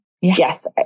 Yes